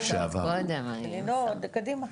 לינור, קדימה.